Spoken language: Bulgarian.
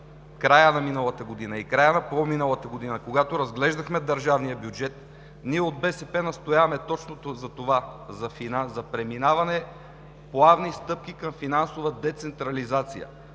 края на миналата година и в края на по-миналата година, когато разглеждахме държавния бюджет, ние от БСП настоявахме точно за това: за преминаване с плавни стъпки към финансова децентрализация.